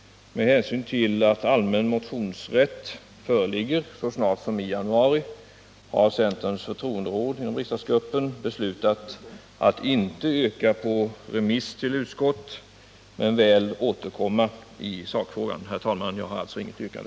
Med hänsyn till att allmän motionsrätt föreligger så snart som i januari har centerns förtroenderåd beslutat att inte yrka på remiss till utskott men väl återkomma i sakfrågan. Herr talman! Jag har alltså inget yrkande.